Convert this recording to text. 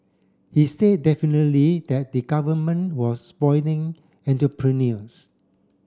he say definitely that the Government was spoiling entrepreneurs